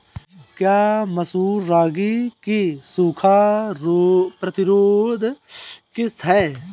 क्या मसूर रागी की सूखा प्रतिरोध किश्त है?